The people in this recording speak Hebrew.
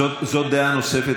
זו דעה נוספת,